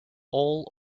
all